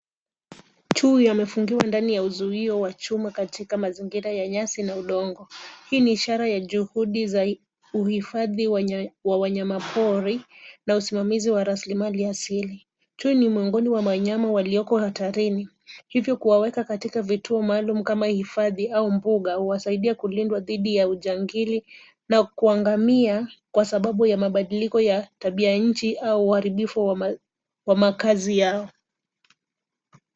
Chui amefungiwa ndani ya uzio wa chuma katika mazingira ya nyasi na udongo. Hii ni ishara ya juhudi za uhifadhi wa wanyamapori na usimamizi wa rasilimali ya asili. Chui ni miongoni mwa wanyama walioko hatarini. Kuwekwa katika vituo maalum kama hifadhi au mbuga, huwasaidia kulindwa dhidi ya ujangili na kuangamia kwa sababu ya mabadiliko ya tabianchi au uharibifu wa makazi yao.